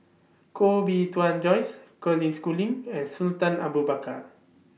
Koh Bee Tuan Joyce Colin Schooling and Sultan Abu Bakar